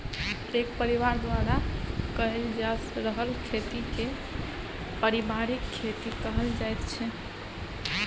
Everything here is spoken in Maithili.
एक परिबार द्वारा कएल जा रहल खेती केँ परिबारिक खेती कहल जाइत छै